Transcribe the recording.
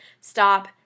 stop